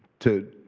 to